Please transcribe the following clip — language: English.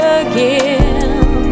again